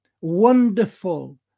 wonderful